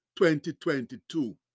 2022